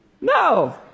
No